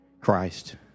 Christ